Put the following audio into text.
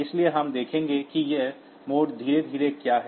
इसलिए हम देखेंगे कि ये मोड धीरे धीरे क्या हैं